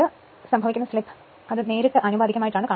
അത് സംഭവിക്കുന്ന സ്ലിപ്പ് അതിന് നേരിട്ട് ആനുപാതികമാണ്